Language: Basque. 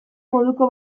moduko